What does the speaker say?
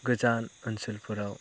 गोजान ओनसोलफोराव